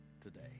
today